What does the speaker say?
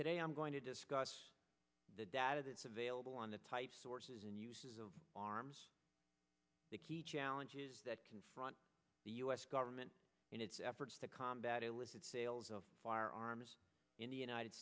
today i'm going to discuss the data that's available on the type sources and uses of arms the key challenges that confront the u s government in its efforts to combat illicit sales of firearms in the united